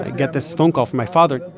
and get this phone call from my father.